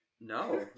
No